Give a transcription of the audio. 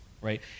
right